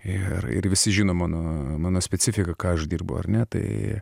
ir ir visi žino mano mano specifiką ką aš dirbu ar ne tai